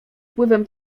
wpływem